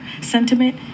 sentiment